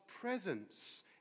presence